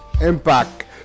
Impact